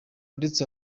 ndetse